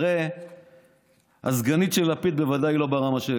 הרי הסגנית של ארדן היא בוודאי לא ברמה.